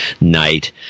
night